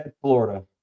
Florida